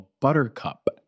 Buttercup